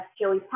Joey